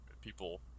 People